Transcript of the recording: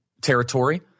territory